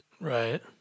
Right